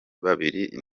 babiri